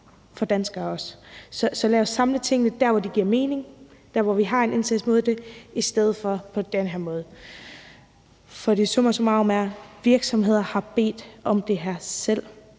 for danskere. Så lad os samle tingene der, hvor det giver mening, og der, hvor vi har en indsats mod det, i stedet for på den her måde. Summa summarum er, at virksomheder har bedt om det her selv.